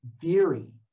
theory